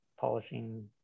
polishing